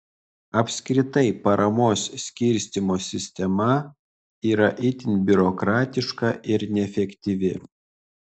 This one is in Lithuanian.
apskritai paramos skirstymo sistema yra itin biurokratiška ir neefektyvi